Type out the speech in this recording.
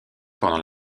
pendant